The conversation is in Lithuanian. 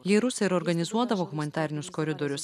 jei rusija ir organizuodavo humanitarinius koridorius